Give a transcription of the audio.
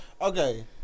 Okay